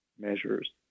measures